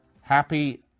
Happy